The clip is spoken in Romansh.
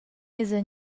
esa